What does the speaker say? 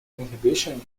inhibition